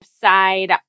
side